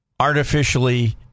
artificially